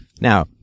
Now